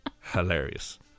hilarious